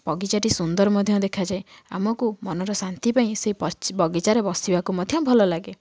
ବଗିଚାଟି ସୁନ୍ଦର ମଧ୍ୟ ଦେଖାଯାଏ ଆମକୁ ମନର ଶାନ୍ତି ପାଇଁ ସେଇ ବଗିଚାରେ ବସିବାକୁ ମଧ୍ୟ ଭଲ ଲାଗେ